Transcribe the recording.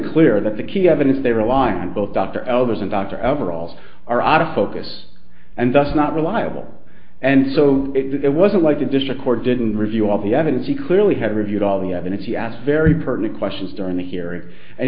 clear that the key evidence they rely on both dr elders and dr ever all are out of focus and does not reliable and so it wasn't like the district court didn't review all the evidence he clearly had reviewed all the evidence he asked very pertinent questions during the hearing and